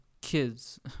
kids